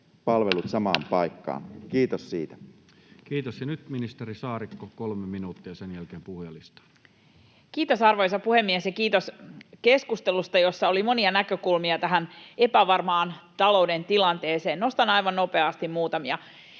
palvelut samaan paikkaan — kiitos siitä. Kiitos. — Ja nyt ministeri Saarikko, kolme minuuttia, ja sen jälkeen puhujalistaan. Kiitos, arvoisa puhemies! Kiitos keskustelusta, jossa oli monia näkökulmia tähän epävarmaan talouden tilanteeseen. Nostan aivan nopeasti muutamia.